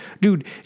dude